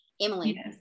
Emily